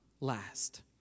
last